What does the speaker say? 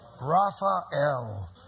Raphael